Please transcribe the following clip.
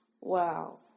Wow